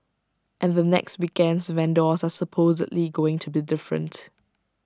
and the next weekend's vendors are supposedly going to be different